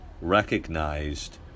recognized